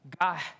God